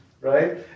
right